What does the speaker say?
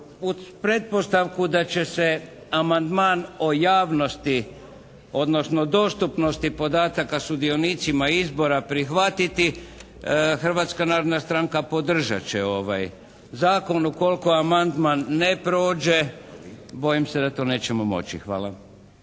uz pretpostavku da će se amandman o javnosti odnosno dostupnosti podataka sudionicima izbora prihvatiti Hrvatska narodna stranka podržat će ovaj zakon ukoliko amandman ne prođe bojim se da to nećemo moći. Hvala.